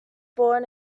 born